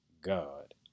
God